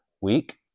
week